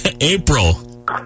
April